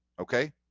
Okay